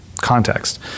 context